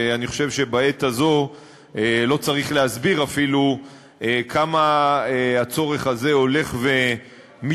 ואני חושב שבעת הזו לא צריך להסביר אפילו כמה הצורך הזה הולך ומתגבר,